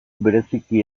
bereziki